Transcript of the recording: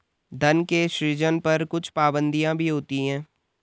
धन के सृजन पर कुछ पाबंदियाँ भी होती हैं